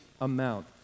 amount